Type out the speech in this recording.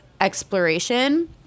exploration